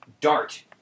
dart